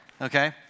okay